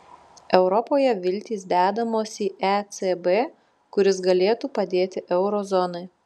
europoje viltys dedamos į ecb kuris galėtų padėti euro zonai